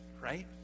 right